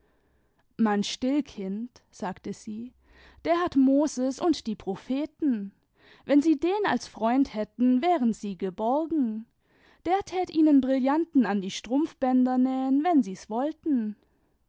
man still kind sagte sie der hat moses und die propheten wenn sie den als freund hätten wären sie geborgen der tat ihnen brillanten an die strumpfbänder nähen wenn sie's wollten